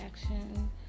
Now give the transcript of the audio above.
action